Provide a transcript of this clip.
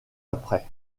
après